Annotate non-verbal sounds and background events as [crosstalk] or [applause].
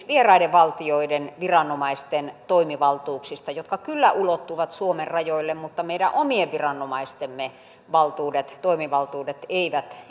[unintelligible] vieraiden valtioiden viranomaisten toimivaltuuksista jotka kyllä ulottuvat suomen rajoille mutta meidän omien viranomaistemme toimivaltuudet toimivaltuudet eivät